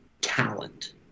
talent